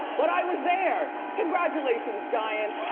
but i was there. congratulations, giants.